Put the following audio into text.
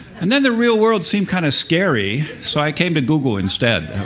and then the real world seemed kind of scary. so i came to google instead.